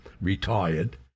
retired